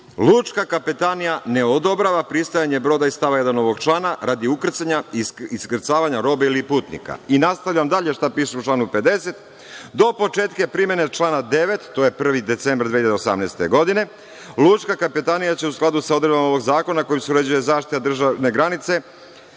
Lučka kapetanija ne odobrava pristajanje broda iz stava 1. ovog člana radi ukrcanja i iskrcavanja robe ili putnika i nastavljam dalje šta piše u članu 50. – do početka primene člana 9. to je 1. decembar 2018. godine, lučka kapetanija će u skladu sa odredbama ovog zakona kojim se uređuje zaštita državne granice